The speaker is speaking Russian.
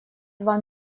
два